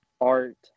art